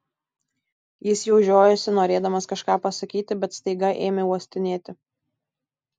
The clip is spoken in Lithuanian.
jis jau žiojosi norėdamas kažką pasakyti bet staiga ėmė uostinėti